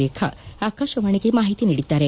ರೇಖಾ ಆಕಾಶವಾಣಿಗೆ ಮಾಹಿತಿ ನೀಡಿದ್ದಾರೆ